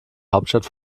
hauptstadt